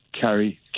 carry